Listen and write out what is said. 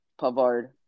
Pavard